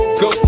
go